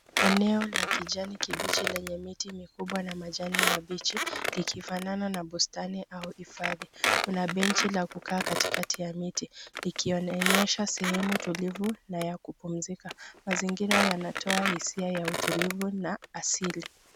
Eneo la kijani kibichi lenye miti mikubwa na majani mabichi likifanana na bustani au hifadhi. Kuna benchi la kukaa katikati ya miti likonyesha sehemu tulivu na ya kupumzika. Mazingira yanatoa hisia ya utulivu na asili.